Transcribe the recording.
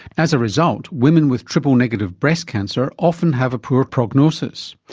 as a result, women with triple-negative breast cancer often have a poor prognosis.